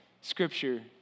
scripture